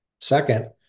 Second